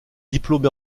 diplômée